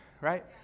right